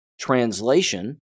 Translation